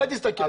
על זה תסתכל.